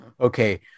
Okay